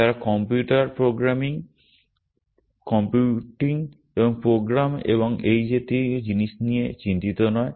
তারা computer computing এবং program এবং এই জাতীয় জিনিস নিয়ে চিন্তিত নয়